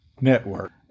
Network